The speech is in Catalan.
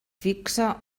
fixa